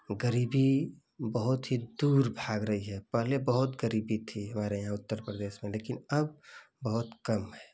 गरीबी बहुत ही दूर भाग रही है पहले बहुत गरीबी थी हमारे यहाँ उत्तर प्रदेश में लेकिन अब बहुत कम है